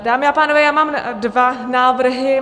Dámy a pánové, já mám dva návrhy.